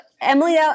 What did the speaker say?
Emily